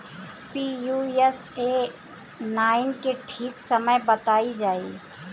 Pusa nine के ठीक समय बताई जाई?